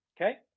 Okay